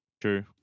True